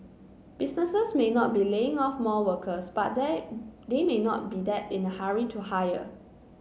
businesses may not be laying off more workers but they may not be that in a hurry to hire